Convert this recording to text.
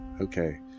Okay